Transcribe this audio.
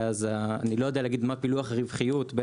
אני לא יודע לומר מה פילוח הרווחיות.